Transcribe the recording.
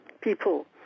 people